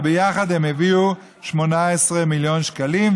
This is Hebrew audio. וביחד הם הביאו 18 מיליון שקלים,